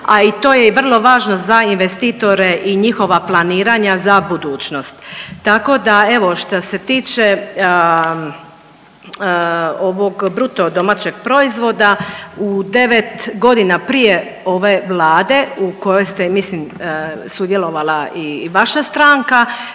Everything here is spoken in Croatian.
a i to je vrlo važno za investitore i njihova planiranja za budućnost. Tako da evo šta se tiče ovog BDP-a u devet godina prije ove Vlade u kojoj ste mislim sudjelovala i vaša stranka